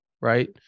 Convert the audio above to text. right